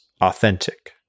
authentic